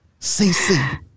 CC